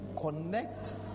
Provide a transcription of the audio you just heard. connect